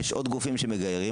יש עוד גופים שמגיירים,